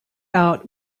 out